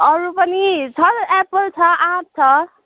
अरू पनि छ एप्पल छ आँप छ